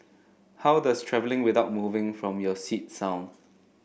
how does travelling without moving from your seat sound